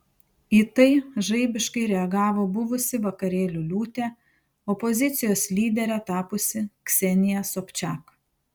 į tai žaibiškai reagavo buvusi vakarėlių liūtė opozicijos lydere tapusi ksenija sobčak